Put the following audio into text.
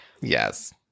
Yes